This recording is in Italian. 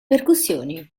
percussioni